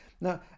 now